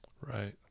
Right